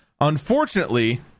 Unfortunately